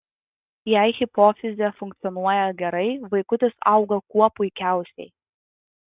jei hipofizė funkcionuoja gerai vaikutis auga kuo puikiausiai